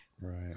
right